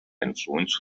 influence